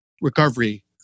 recovery